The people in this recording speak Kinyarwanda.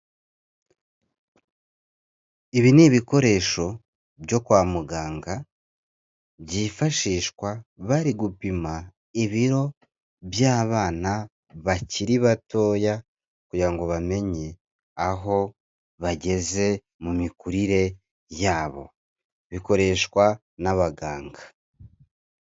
Ibi ni ibikoresho byo kwa muganga, byifashishwa bari gupima ibiro by'abana bakiri batoya, kugira ngo bamenye aho bageze mu mikurire yabo, bikoreshwa n'abaganga.